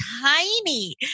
tiny